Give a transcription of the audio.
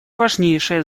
важнейшее